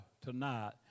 tonight